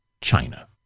China